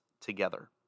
together